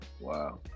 Wow